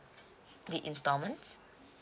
the instalments